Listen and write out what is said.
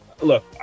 Look